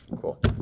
Cool